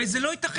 הרי זה לא ייתכן.